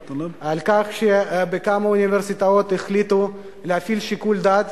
בכך שבכמה אוניברסיטאות החליטו להפעיל שיקול דעת